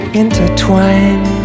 intertwine